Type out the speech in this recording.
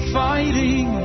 fighting